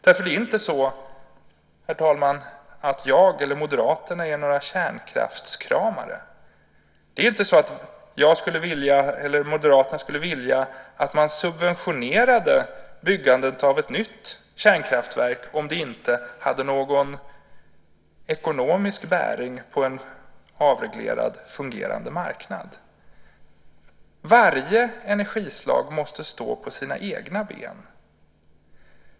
Det är inte så, herr talman, att jag eller Moderaterna är kärnkraftskramare. Jag eller Moderaterna skulle inte vilja att man subventionerade byggandet av ett nytt kärnkraftverk om det inte hade någon ekonomisk bäring på en avreglerad fungerande marknad. Varje energislag måste stå på sina egna ben.